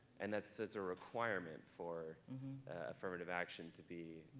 and that sets a requirement for affirmative action to be